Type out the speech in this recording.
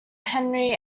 henri